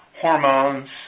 hormones